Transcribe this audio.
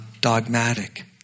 dogmatic